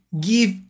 give